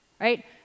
Right